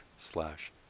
slash